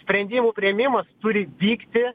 sprendimų priėmimas turi vykti